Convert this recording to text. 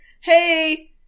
hey